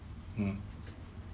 mm